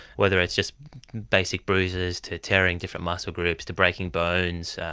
whether it's just basic bruises, to tearing different muscle groups, to breaking bones.